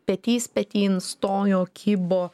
petys petin stojo kibo